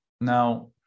now